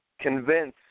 convince